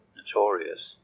notorious